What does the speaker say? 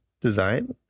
design